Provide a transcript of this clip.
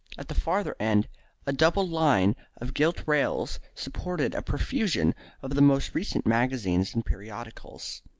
at the further end a double line of gilt rails supported a profusion of the most recent magazines and periodicals.